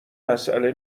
مسئله